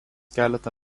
keletą